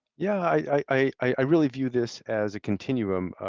yeah. i really view this as a continuum.